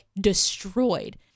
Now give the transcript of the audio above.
destroyed